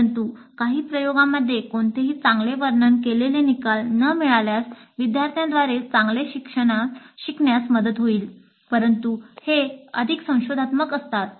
परंतु काही प्रयोगांमध्ये कोणतेही चांगले वर्णन केलेले निकाल न मिळाल्यास विद्यार्थ्यांद्वारे चांगले शिकण्यास मदत होईल परंतु ते अधिक संशोधात्मक असतात